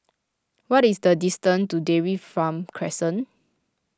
what is the distance to Dairy Farm Crescent